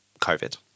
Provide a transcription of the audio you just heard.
covid